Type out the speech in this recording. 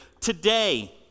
today